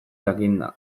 jakinda